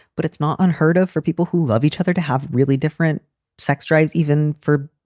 but it's not unheard of for people who love each other to have really different sex drives, even for,